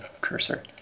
cursor